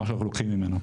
מה שאנחנו לוקחים ממנו.